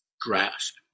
Grasp